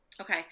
okay